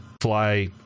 fly